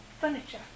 furniture